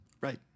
Right